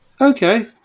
Okay